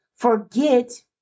Forget